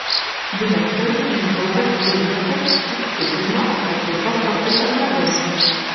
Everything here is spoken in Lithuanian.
direktorius mindaugas girjotas užtikrino kad dirba profesionaliai